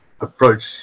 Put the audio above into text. approach